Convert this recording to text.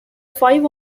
five